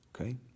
okay